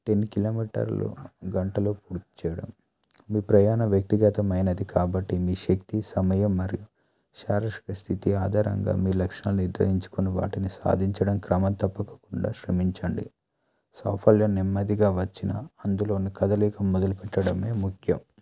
ten కిలోమీటర్లు గంటలో పూర్తి చెయ్యడం మీ ప్రయాణ వ్యక్తి గతమైనది కాబట్టి మీ శక్తి సమయం మరి శారీరక స్థితి ఆధారంగా మీ లక్షణాలు నిర్ధారించుకొని వాటిని సాధించడం క్రమం తప్పుకోకుండా శ్రమించండి సాఫల్యం నెమ్మదిగా వచ్చినా అందులోని కదలిక మొదలు పెట్టడమే ముఖ్యం